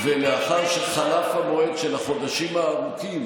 ולאחר שחלף המועד של החודשים הארוכים